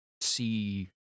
see